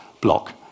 block